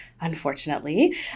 unfortunately